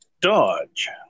Dodge